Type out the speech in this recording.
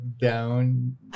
down